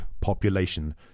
population